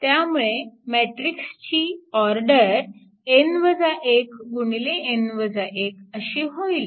त्यामुळे मॅट्रिक्सची ऑर्डर गुणिले अशी होईल